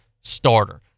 starter